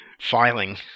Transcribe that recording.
filing